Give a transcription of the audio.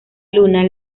luna